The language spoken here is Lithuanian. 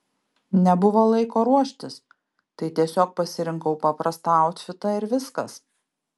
nebuvo laiko ruoštis tai tiesiog pasirinkau paprastą autfitą ir viskas